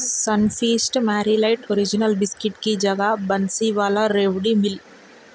سن fest Marie light original biscuit کی جگہ بنسی والا ریوڑی مل